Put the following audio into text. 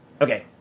Okay